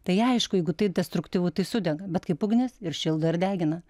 tai aišku jeigu tai destruktyvu tai sudega bet kaip ugnis ir šildo ir degina